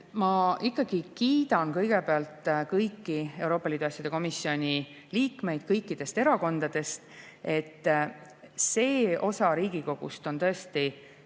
Ma ikkagi kiidan kõigepealt kõiki Euroopa Liidu asjade komisjoni liikmeid kõikidest erakondadest. See osa Riigikogust on tõesti